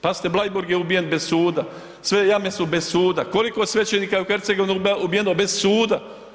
Pazite Bleiburg je uvijen bez suda, sve jame su bez suda, koliko svećenika je u Hercegovini ubijeno bez suda?